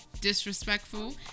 disrespectful